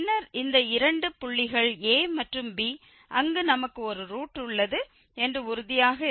பின்னர் இந்த இரண்டு புள்ளிகள் a மற்றும் b அங்கு நமக்கு ஒரு ரூட் உள்ளது என்று உறுதியாக இருக்கிறோம்